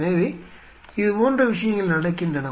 எனவே இது போன்ற விஷயங்கள் நடக்கின்றன